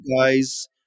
guys